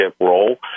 role